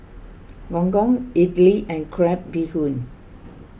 Gong Gong Idly and Crab Bee Hoon